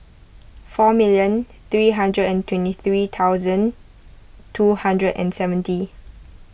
four million three hundred and twenty three thousand two hundred and seventy